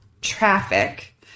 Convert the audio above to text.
traffic